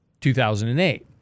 2008